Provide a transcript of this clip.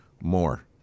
more